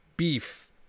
beef